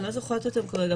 אני לא זוכרת אותם כרגע,